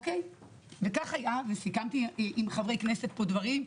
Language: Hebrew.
וכך היה וסיכמתי עם חברי כנסת פה דברים,